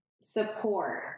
support